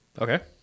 Okay